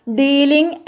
dealing